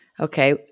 Okay